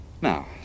Now